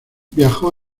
viajó